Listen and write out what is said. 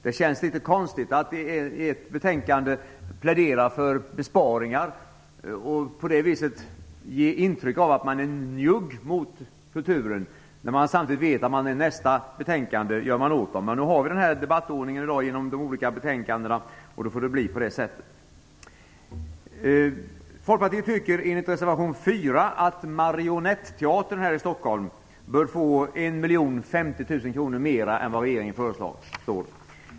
Det känns litet konstigt att i ett betänkande plädera för besparingar och på det viset ge intryck av att man är njugg mot kulturen när man samtidigt vet att man använder de pengarna i nästa betänkande. I dag har vi den här debattordningen med olika betänkanden. Då får det bli på det sättet. Folkpartiet tycker, enligt reservation 4, att Marionetteatern här i Stockholm bör få 1 050 000 kr mer än vad regeringen föreslår.